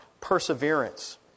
perseverance